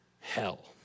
hell